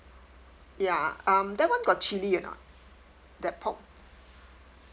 ya um that [one] got chilli or not that pork